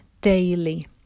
daily